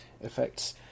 effects